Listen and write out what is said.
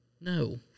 No